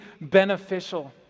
beneficial